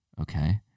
okay